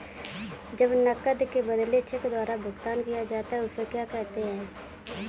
जब नकद के बदले चेक द्वारा भुगतान किया जाता हैं उसे क्या कहते है?